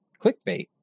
clickbait